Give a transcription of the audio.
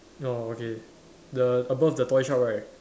oh okay the above the toy shop right